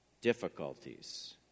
difficulties